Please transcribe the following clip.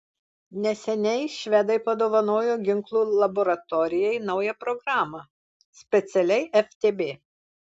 neseniai švedai padovanojo ginklų laboratorijai naują programą specialiai ftb